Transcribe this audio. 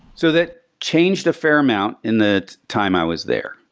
so that changed a fair amount in the time i was there.